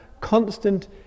constant